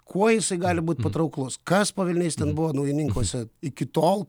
kuo jisai gali būt patrauklus kas po velniais ten buvo naujininkuose iki tol